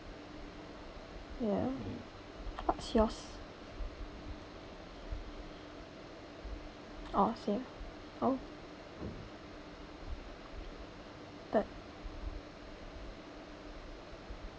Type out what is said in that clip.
ya what's yours oh same oh but